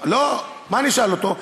לא, מה נשאל אותו?